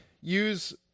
use